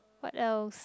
what else